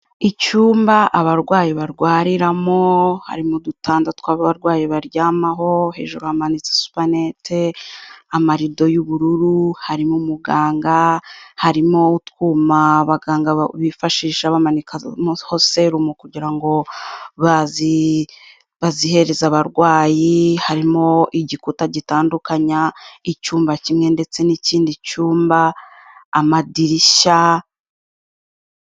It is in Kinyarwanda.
Icyumba abarwayi barwariramo harimo udutanda tw'abarwayi baryamaho hejuru bamanitse supanete, amarido y'ubururu, harimo umuganga, harimo utwuma abaganga ba bifashisha bamanikaho serumu kugira ngo bazihereze abarwayi, harimo igikuta gitandukanya icyumba kimwe ndetse n'ikindi cyumba, amadirishya...